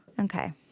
Okay